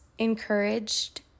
encouraged